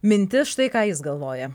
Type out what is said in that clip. mintis štai ką jis galvoja